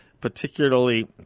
particularly